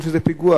שזה פיגוע.